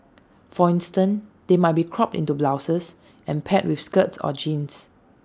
for instance they might be cropped into blouses and paired with skirts or jeans